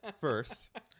first